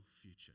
future